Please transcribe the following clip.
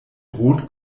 rot